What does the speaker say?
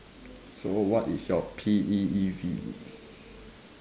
so what is your P E E V E